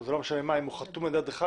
זה לא משנה אם הוא חתום על ידי אדריכל,